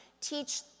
teach